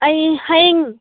ꯑꯩ ꯍꯌꯦꯡ